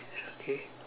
okay